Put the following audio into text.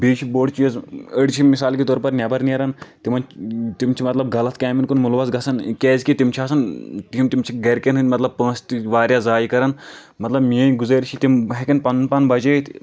بیٚیہِ چھ بوٚڑ چیٖز أڑۍ چھِ مثال کے طور پر نٮ۪بر نیران تِمن تِم چھِ مطلب غلط کامٮ۪ن کُن مُلوس گژھن کیٛازِ کہِ تِم چھِ آسان تِم چھِ گرِکٮ۪ن ہٕنٛدۍ مطلب پونٛسہٕ تہِ واریاہ ضایہِ کران مطلب میٲنۍ گُزٲرِش چھِ تِم ہٮ۪کن پنُن پان بچٲیِتھ